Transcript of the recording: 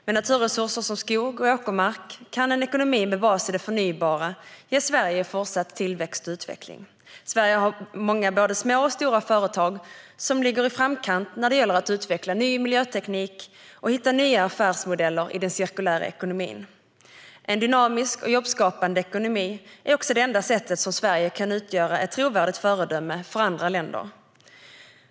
Med naturresurser som skog och åkermark kan en ekonomi med bas i det förnybara ge Sverige fortsatt tillväxt och utveckling. Sverige har många både små och stora företag som ligger i framkant när det gäller att utveckla ny miljöteknik och hitta nya affärsmodeller i den cirkulära ekonomin. En dynamisk och jobbskapande ekonomi är också det enda sättet för Sverige att utgöra ett trovärdigt föredöme för andra länder.